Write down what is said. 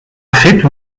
fet